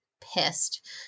pissed